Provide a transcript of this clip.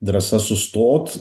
drąsa sustot